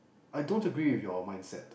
I don't agree with your mindset